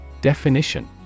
Definition